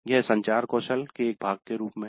यह संचार कौशल के एक भाग के रूप में है